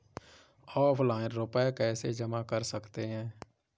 Offline रुपये कैसे जमा कर सकते हैं?